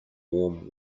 warm